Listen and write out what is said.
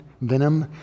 venom